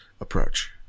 approach